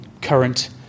current